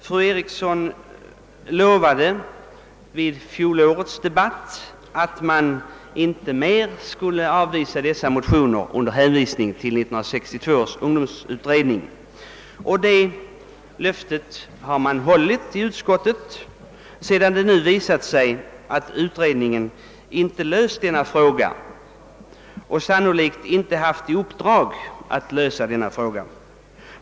Fru Eriksson i Stockholm lovade vid fjolårets debatt att man inte mera skulle avvisa de aktuella motionsyrkandena under hänvisning till 1962 års ungdomsutredning, och det löftet har man hållit i utskottet, sedan det nu visat sig att utredningen inte löst denna fråga och sannolikt inte heller haft i uppdrag att lösa den.